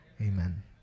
amen